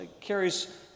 carries